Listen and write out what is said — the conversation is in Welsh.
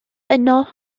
yno